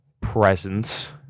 presence